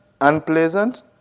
unpleasant